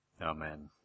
Amen